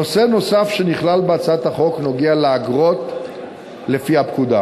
נושא נוסף שנכלל בהצעת החוק נוגע לאגרות לפי הפקודה.